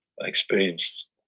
experienced